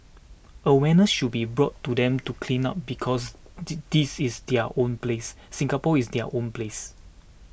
awareness should be brought to them to clean up because this is their own place Singapore is their own place